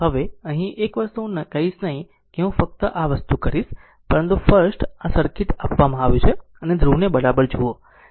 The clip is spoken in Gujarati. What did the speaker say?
હવે અહીં એક વસ્તુ હું કહીશ નહીં કે હું ફક્ત આ વસ્તુ કરીશ પરંતુ ફર્સ્ટ આ સર્કિટ આપવામાં આવ્યું છે અને ધ્રુવને બરાબર જુઓ